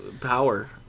power